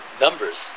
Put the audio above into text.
Numbers